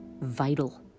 vital